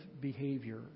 behavior